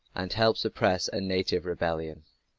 and help suppress a native rebellion.